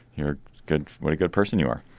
you're good. what a good person you are.